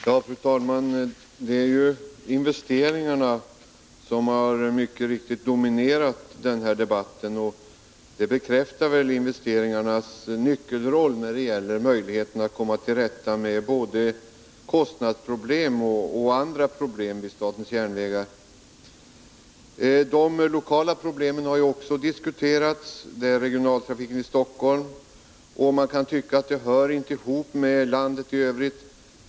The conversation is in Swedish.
Fru talman! Investeringarna har, med rätta, dominerat den här debatten. Det bekräftar väl investeringarnas nyckelroll när det gäller möjligheterna att komma till rätta med både kostnadsproblem och andra problem vid statens järnvägar. De lokala problemen har också diskuterats — jag tänker då på regionaltrafiken i Stockholm. Man kan tycka att de inte hör ihop med landet i övrigt.